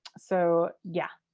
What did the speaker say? so, yeah.